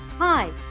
Hi